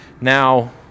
Now